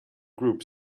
group